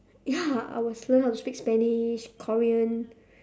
ya I will learn how to speak spanish korean